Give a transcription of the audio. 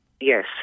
yes